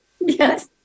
yes